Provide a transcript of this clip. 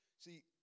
See